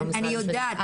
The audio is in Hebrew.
לא משרד המשפטים.